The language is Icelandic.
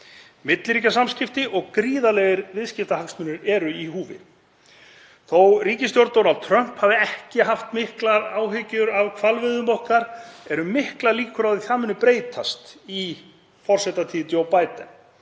Milliríkjasamskipti og gríðarlegir viðskiptahagsmunir eru í húfi. Þótt ríkisstjórn Donalds Trumps hafi ekki haft miklar áhyggjur af hvalveiðum okkar eru miklar líkur á að það muni breytast í forsetatíð Joes